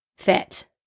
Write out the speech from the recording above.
fit